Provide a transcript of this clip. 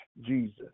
jesus